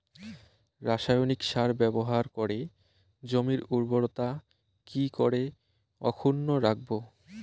রাসায়নিক সার ব্যবহার করে জমির উর্বরতা কি করে অক্ষুণ্ন রাখবো